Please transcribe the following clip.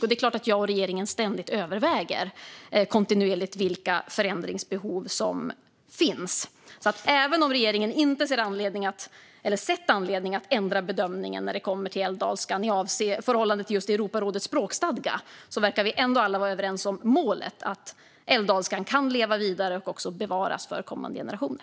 Och det är klart att jag och regeringen kontinuerligt överväger vilka förändringsbehov som finns. Även om regeringen inte sett anledning att ändra bedömningen när det kommer till älvdalskan i förhållande till just Europarådets språkstadga verkar vi alltså ändå alla vara överens om målet att älvdalskan kan leva vidare och också bevaras för kommande generationer.